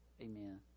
Amen